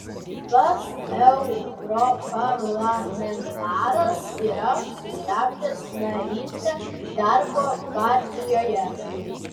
pats europarlamentaras yra sustabdęs narystę darbo partijoje